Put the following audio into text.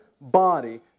body